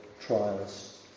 trials